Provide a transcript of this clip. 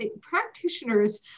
practitioners